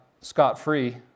scot-free